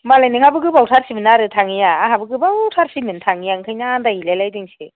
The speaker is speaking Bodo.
होनबालाय नोंहाबो गोबावथारसैमोन आरो थाङैया आंहाबो गोबाव थारसैमोन थाङैया बेनिखायनो आं आनदाय हैलाय लायदोंसो